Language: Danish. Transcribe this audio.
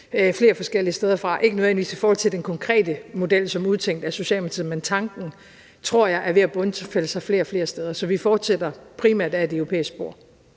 flere forskellige steder fra, ikke nødvendigvis i forhold til den konkrete model som udtænkt af Socialdemokratiet, men tanken tror jeg er ved at bundfælde sig flere og flere steder, så vi fortsætter primært ad et europæisk spor.